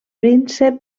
príncep